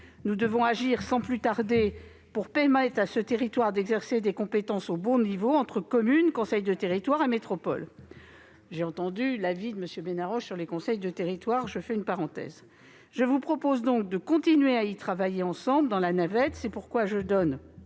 Nous devons agir sans plus tarder pour permettre à ce territoire d'exercer ses compétences au bon niveau, entre communes, conseils de territoire et métropole. Et j'ai bien entendu l'avis de M. Benarroche sur les conseils de territoire ... Je vous propose donc de continuer à y travailler ensemble dans le cadre de la navette. C'est pourquoi, mais